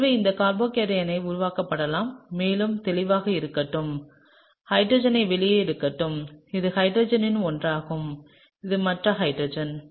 எனவே இந்த கார்போகேட்டையானை உருவாக்கப்படலாம் மேலும் தெளிவாக இருக்கட்டும் ஹைட்ரஜன்களை வெளியே எடுக்கட்டும் இது ஹைட்ரஜன்களில் ஒன்றாகும் இது மற்ற ஹைட்ரஜன்